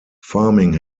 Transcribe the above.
farming